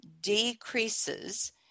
decreases